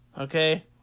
okay